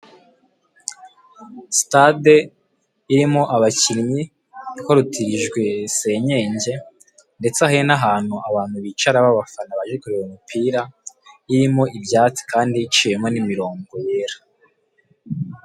Sitade irimo abakinnyi ikorotirijwe senyenge, ndetse ahe n'ahantu abantu bicara b'abafana baje kureba umupira, irimo ibyatsi kandi iciyemo n'imirongo yera.